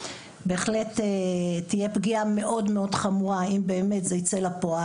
בהחלט תהיה פגיעה מאוד מאוד חמורה אם באמת זה ייצא לפועל.